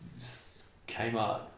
Kmart